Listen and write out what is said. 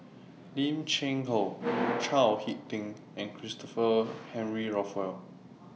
Lim Cheng Hoe Chao Hick Tin and Christopher Henry Rothwell